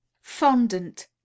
Fondant